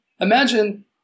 imagine